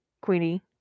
Queenie